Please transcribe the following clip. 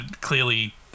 clearly